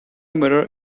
mirror